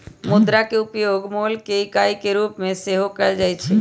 मुद्रा के उपयोग मोल के इकाई के रूप में सेहो कएल जाइ छै